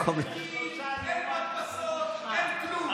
אין תיקים, אין מדפסות, אין כלום.